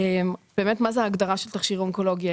באמת מה זה ההגדרה של תכשיר אונקולוגיה?